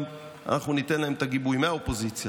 אנחנו ניתן להם את הגיבוי מהאופוזיציה,